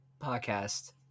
podcast